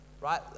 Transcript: Right